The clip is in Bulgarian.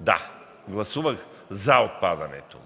Да, гласувах за отпадането.